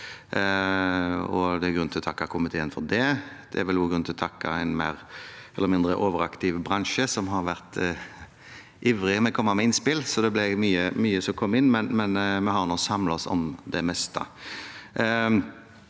grunn til å takke komiteen for det. Det er vel også grunn til å takke en mer eller mindre overaktiv bransje, som har vært ivrig og kommet med innspill. Det ble mye som kom inn, men vi har samlet oss om det meste.